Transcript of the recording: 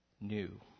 new